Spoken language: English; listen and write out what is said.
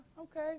okay